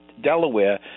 Delaware